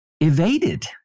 evaded